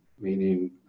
meaning